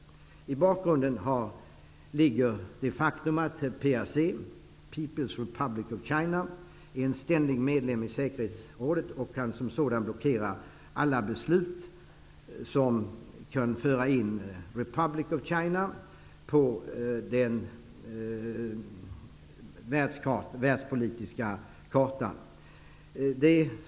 I bakgrunden ligger det faktum att PRC är en ständig medlem i säkerhetsrådet och kan som sådan blockera alla beslut som skulle föra in PRC på den världspolitiska kartan.